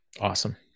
awesome